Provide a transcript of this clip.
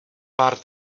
pár